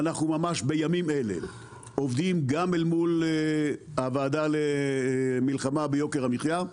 בימים אלה אנחנו עובדים גם מול הוועדה למלחמה ביוקר המחיה,